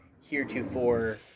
heretofore